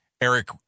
Eric